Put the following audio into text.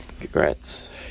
congrats